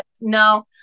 No